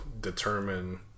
determine